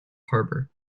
harbour